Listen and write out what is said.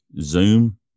Zoom